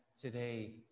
today